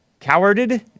Cowarded